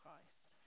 Christ